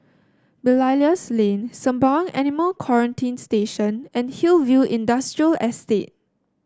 Belilios Lane Sembawang Animal Quarantine Station and Hillview Industrial Estate